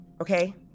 Okay